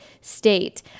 state